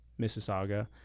Mississauga